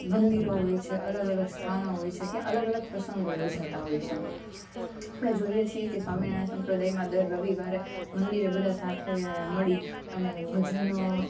મંદિરો હોય છે અલગ અલગ સ્થાના હોય છે ત્યાં અલગ અલગ પ્રસંગો યોજાતા હોય છે આપણે જોઈએ છે કે સ્વામીનારાયણ સંપ્રદાયમાં દર રવિવારે મંદિરે બધા સાથે મળી અને ભજનો